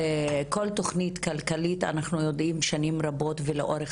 כל תוכנית כלכלית אנחנו יודעים שנים רבות ולאורך